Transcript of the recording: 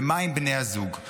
ומה עם בני הזוג?